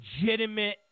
legitimate